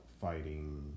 fighting